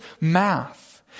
math